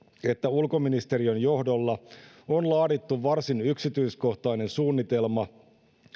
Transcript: että ulkoministeriön johdolla on laadittu varsin yksityiskohtainen suunnitelma